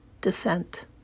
descent